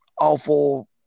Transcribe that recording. awful